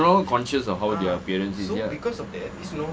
they're no longer conscious of how their appearance is